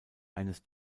eines